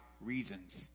reasons